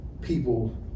people